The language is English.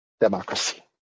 democracy